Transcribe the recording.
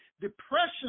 depression